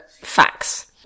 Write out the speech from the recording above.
facts